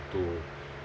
to